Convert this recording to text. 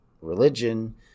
religion